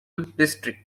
district